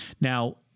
Now